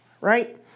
right